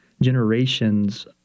generations